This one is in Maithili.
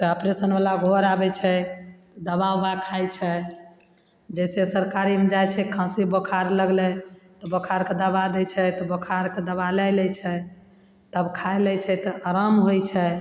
तऽ ऑपरेशनवला घर आबय छै दवा उवा खाइ छै जैसे सरकारीमे जाइ छै खाँसी बोखार लगलय तऽ बोखारके दवा दै छै तऽ बोखारके दवा लए लै छै तब खाइ लै छै तब आराम होइ छै